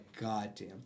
goddamn